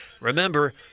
Remember